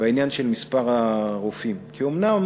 בעניין של מספר הרופאים, כי אומנם